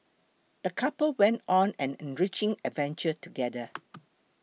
the couple went on an enriching adventure together